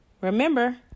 Remember